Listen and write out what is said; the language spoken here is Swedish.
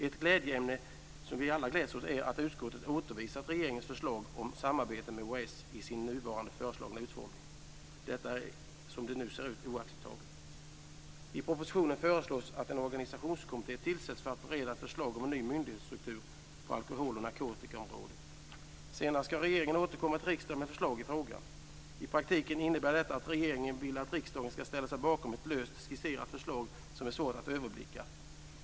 Ett glädjeämne, som vi alla gläds åt, är att utskottet återvisar regeringens förslag om samarbete med OAS i sin nuvarande föreslagna utformning. Det är, som det nu ser ut, oacceptabelt. I propositionen föreslås att en organisationskommitté tillsätts för att bereda ett förslag om en ny myndighetsstruktur på alkohol och narkotikaområdet. Senare ska regeringen återkomma till riksdagen med förslag i frågan. I praktiken innebär detta att regeringen vill att riksdagen ska ställa sig bakom ett löst skisserat förslag som är svårt att överblicka.